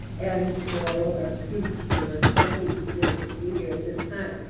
and for all of our students who are lucky to to be here at this time.